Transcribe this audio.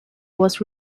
was